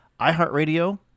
iHeartRadio